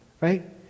right